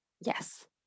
Yes